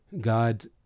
God